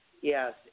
Yes